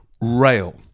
rail